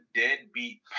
deadbeat